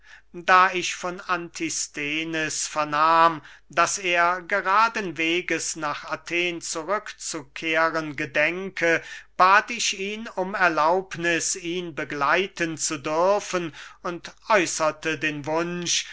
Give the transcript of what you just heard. da ich von antisthenes vernahm daß er geraden weges nach athen zurück zu kehren gedenke bat ich ihn um erlaubniß ihn begleiten zu dürfen und äußerte den wunsch